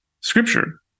scripture